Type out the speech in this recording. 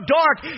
dark